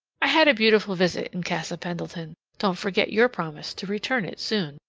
i had a beautiful visit in casa pendleton. don't forget your promise to return it soon.